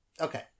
okay